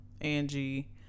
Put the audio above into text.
Angie